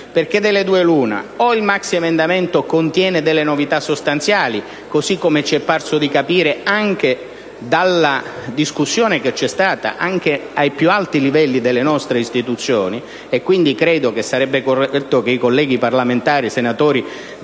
perché delle due l'una: o il maxiemendamento conterrà delle novità sostanziali, così come ci è parso di capire anche dalla discussione che c'è stata ai più alti livelli delle nostre istituzioni, e quindi credo sarebbe corretto che i colleghi senatori